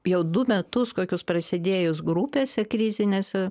jau du metus kokius prasėdėjus grupėse krizinėse